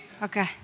Okay